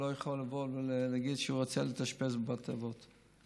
לא יכול לבוא ולהגיד שהוא רוצה להתאשפז בבית אבות,